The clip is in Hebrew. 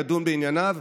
לדון בענייניו,